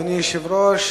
אדוני היושב-ראש,